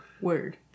Word